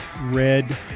Red